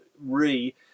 re